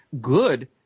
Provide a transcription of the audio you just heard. good